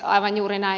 aivan juuri näin